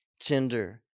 tender